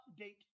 update